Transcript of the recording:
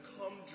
Come